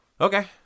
Okay